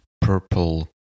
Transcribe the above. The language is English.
purple